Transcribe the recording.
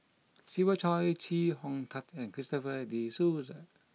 Siva Choy Chee Kong Tet and Christopher De Souza